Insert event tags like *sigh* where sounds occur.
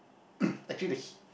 *coughs* actually the